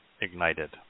ignited